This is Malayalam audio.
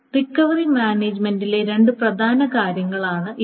റിക്കവറി മാനേജുമെന്റിലെ രണ്ട് പ്രധാന കാര്യങ്ങളാണ് ഇവ